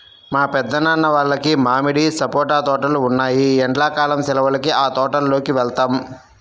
మా పెద్దనాన్న వాళ్లకి మామిడి, సపోటా తోటలు ఉన్నాయ్, ఎండ్లా కాలం సెలవులకి ఆ తోటల్లోకి వెళ్తాం